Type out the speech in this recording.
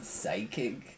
psychic